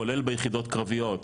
כולל ביחידות קרביות,